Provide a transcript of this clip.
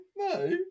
No